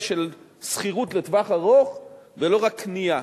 של שכירות לטווח ארוך ולא רק קנייה.